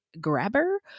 grabber